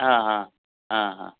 आ ह आ ह